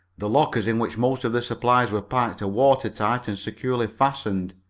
the lockers, in which most of the supplies were packed, are water-tight and securely fastened.